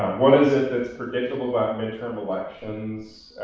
what is it that's predictable about mid-term elections?